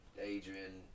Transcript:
Adrian